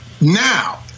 now